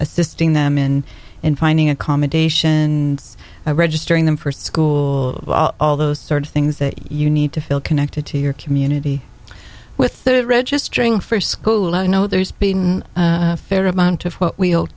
assisting them in in finding accommodation registering them for school all those sort of things that you need to feel connected to your community with the registering for school i know there's been a fair amount of what w